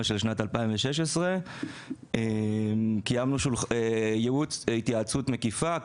של שנת 2016. קיימנו התייעצות מקיפה,